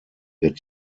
wird